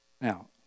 Now